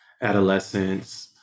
adolescence